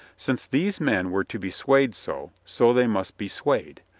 since these men were to be swayed so, so they must be swayed.